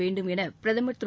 வேண்டும் என பிரதமர் திரு